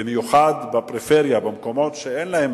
במיוחד בפריפריה, במקומות שאין להם